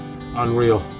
unreal